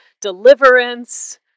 deliverance